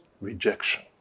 Rejection